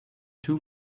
two